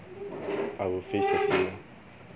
I will face the same